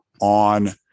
on